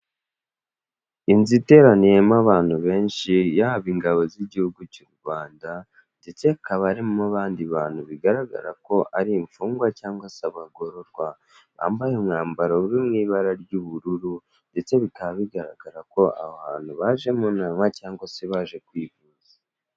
Inzu iteraniyemo abantu benshi yaba ingabo z'igihugu cy' u Rwanda, ndetse hakaba harimo abandi bantu bigaragara ko ari imfungwa cyangwa se abagororwa bambaye umwambaro uri mu ibara ry'ubururu, ndetse bikaba bigaragara ko aho hantu baje mu nama cyangwa se baje kwivuza.